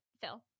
phil